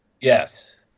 Yes